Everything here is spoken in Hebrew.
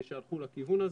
שהלכו לכיוון הזה,